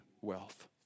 wealth